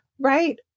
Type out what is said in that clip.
right